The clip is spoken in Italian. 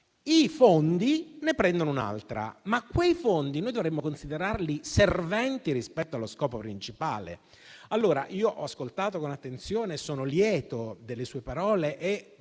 i fondi ne prendono un'altra. Ma quei fondi dovremmo considerarli serventi rispetto allo scopo principale. Ho ascoltato con attenzione, e ne sono lieto, le sue parole.